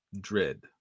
dread